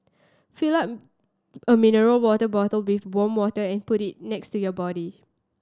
fill up a mineral water bottle with warm water and put it next to your body